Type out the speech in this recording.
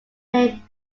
name